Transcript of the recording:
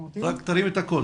בדוח